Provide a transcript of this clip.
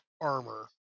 armor